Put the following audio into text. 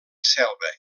selva